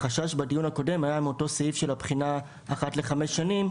החשש בדיון הקודם היה מאותו סעיף של בחינה אחת לחמש שנים,